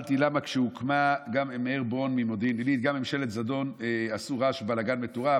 שאלתי: למה כשהוקמה ממשלת זדון עשו רעש ובלגן מטורף,